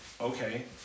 okay